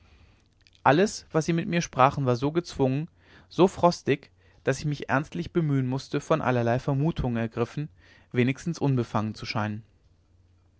alles was sie mit mir sprachen war so gezwungen so frostig daß ich mich ernstlich mühen mußte von allerlei vermutungen ergriffen wenigstens unbefangen zu scheinen